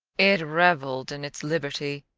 it revelled in its liberty,